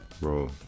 bro